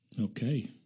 Okay